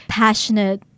passionate